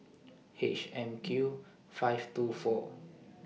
H M Q five two four